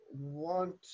want